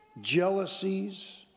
jealousies